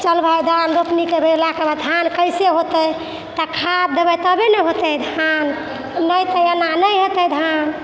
चल भाइ धान रोपनी भेलाके बाद धान कइसे होतै तऽ खाद देबै तबे ने होतै धान नहि तऽ एना नहि हेतै धान